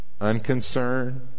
unconcerned